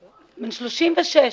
בן 36,